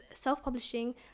self-publishing